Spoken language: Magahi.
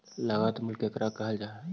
लागत मूल्य केकरा कहल जा हइ?